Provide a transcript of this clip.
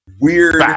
weird